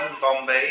Bombay